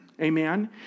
Amen